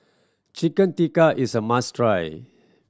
Chicken Tikka is a must try